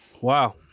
Wow